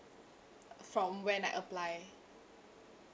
from when I apply